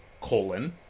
colon